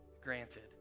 granted